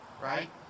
right